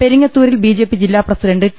പെരിങ്ങത്തൂരിൽ BJP ജില്ലാ president T